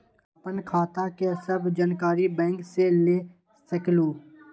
आपन खाता के सब जानकारी बैंक से ले सकेलु?